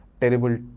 terrible